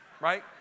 right